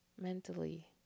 mentally